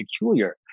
peculiar